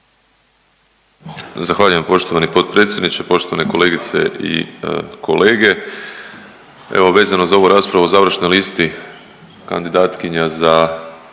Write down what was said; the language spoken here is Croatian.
Zahvaljujem poštovani potpredsjedniče. Poštovane kolegice i kolege. Evo vezano za ovu raspravu o završnoj listi kandidatkinja za